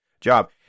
job